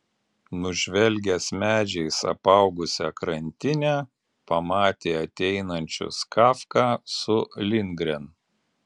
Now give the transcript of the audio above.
nužvelgęs medžiais apaugusią krantinę pamatė ateinančius kafką su lindgren